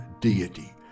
deity